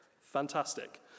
Fantastic